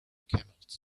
camels